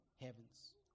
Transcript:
heavens